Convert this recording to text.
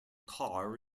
car